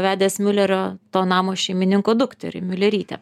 vedęs miulerio to namo šeimininko dukterį miulerytę